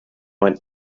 man